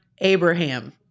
Abraham